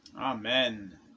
Amen